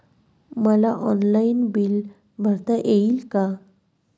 मला bill online भरता येईल का?